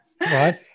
Right